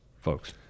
folks